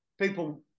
people